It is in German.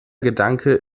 gedanke